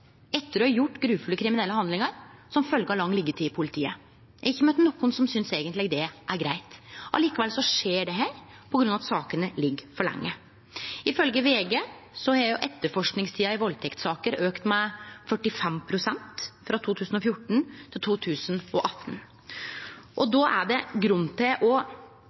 etter å ha gjort grufulle kriminelle handlingar, som følgje av lang liggjetid i politiet. Eg har ikkje møtt nokon som synest det er greitt. Likevel skjer det, på grunn av at saker ligg for lenge. Ifylgje VG har etterforskingstida i valdtektssaker auka med 45 pst. frå 2014 til 2018. Då er det grunn til å